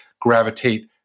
gravitate